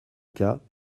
cas